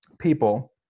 people